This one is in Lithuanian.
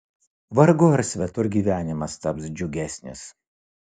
vargu ar svetur gyvenimas taps džiugesnis